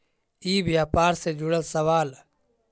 ई व्यापार से जुड़ल सवाल?